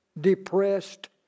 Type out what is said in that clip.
depressed